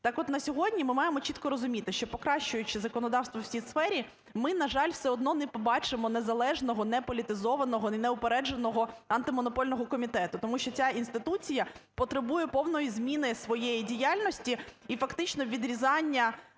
Так от, на сьогодні ми маємо чітко розуміти, що, покращуючи законодавство в цій сфері, ми, на жаль, все одно, не побачимо незалежного, неполітизованого, неупередженого Антимонопольного комітету. Тому що ця інституція потребує повної зміни своєї діяльності і фактично відрізання